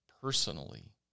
personally